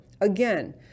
Again